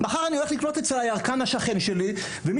מחר אני הולך לקניות אצל הירקן השכן שלי ומה